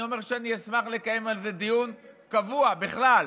אני אומר שאני אשמח לקיים על זה דיון קבוע, בכלל,